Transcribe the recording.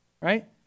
Right